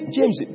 James